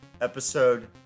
episode